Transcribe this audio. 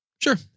sure